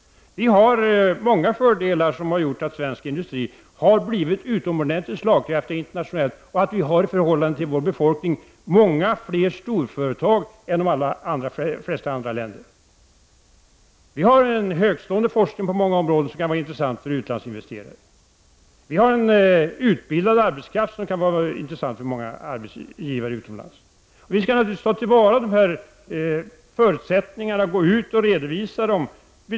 Vi har många fördelar som har medfört att svensk industri har blivit utomordentligt slagkraftig internationellt och att vi i förhållande till vår befolkning har många fler stora företag än de flesta andra länder. Vi har en högtstående forskning på många områden, som kan vara intressant för utlandsinvesterare. Vi har en utbildad arbetskraft, som kan vara intressant för många arbetsgivare utomlands. Vi skall naturligtvis ta till vara dessa förutsättningar och redovisa dem.